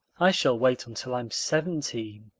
i shall wait until i'm seventeen.